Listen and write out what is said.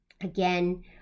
again